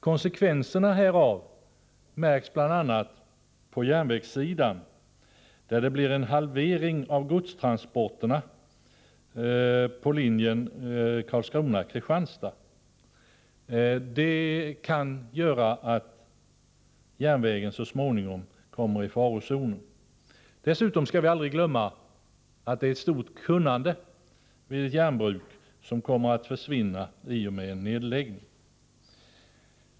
Konsekvenserna härav märks bl.a. på järnvägssidan, där det blir en halvering av godstransporten på linjen Karlskrona— Kristianstad. Det kan leda till att järnvägen så småningom kommer i farozonen. Dessutom skall vi aldrig glömma att det är ett stort kunnande vid ett järnbruk som försvinner i och med en nedläggning.